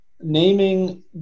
naming